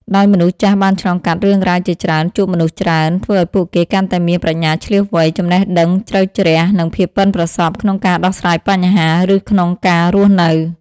ដោយមនុស្សចាស់បានឆ្លងកាត់រឿងរ៉ាវជាច្រើន ជួបមនុស្សច្រើន ធ្វើឱ្យពួកគេកាន់តែមានប្រាជ្ញាឈ្លាសវៃ ចំណេះដឹងជ្រៅជ្រះ និងភាពប៉ិនប្រសប់ ក្នុងការដោះស្រាយបញ្ហា ឬក្នុងការរស់នៅ។